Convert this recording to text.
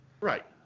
Right